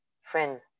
friends